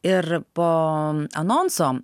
ir po anonso